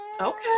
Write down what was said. okay